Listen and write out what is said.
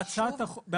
עבודה.